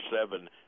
seven